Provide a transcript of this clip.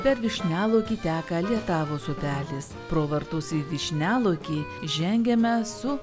per vyšnialaukį teka lietavos upelis pro vartus į vyšnialaukį žengiame su